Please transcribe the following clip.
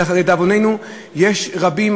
לדאבוננו יש רבים.